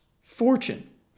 fortune